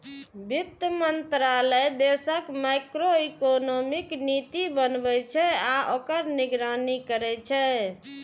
वित्त मंत्रालय देशक मैक्रोइकोनॉमिक नीति बनबै छै आ ओकर निगरानी करै छै